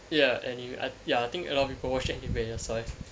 ya anime ya I think a lot of people watch anime that's why